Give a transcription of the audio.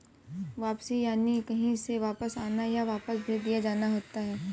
वापसी यानि कहीं से वापस आना, या वापस भेज दिया जाना होता है